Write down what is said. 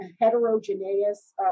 heterogeneous